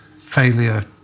failure